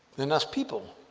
than us people?